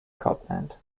copland